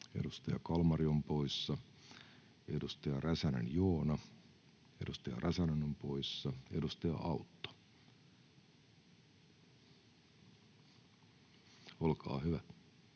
edustaja Kalmari on poissa. Edustaja Nurminen, edustaja Nurminen on poissa. — Edustaja Lyly, olkaa hyvä.